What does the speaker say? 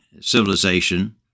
civilization